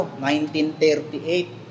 1938